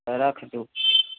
तऽ रख दू